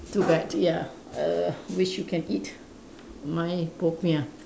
too bad ya err wish you can eat my popiah